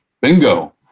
bingo